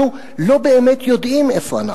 אנחנו לא באמת יודעים איפה אנחנו.